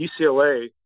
UCLA